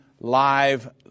live